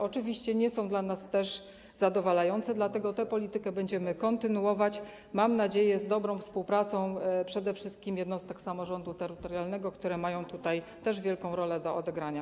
Oczywiście nie są one dla nas zadowalające, dlatego tę politykę będziemy kontynuować, mam nadzieję, z dobrą współpracą przede wszystkim jednostek samorządu terytorialnego, które też mają wielką rolę do odegrania.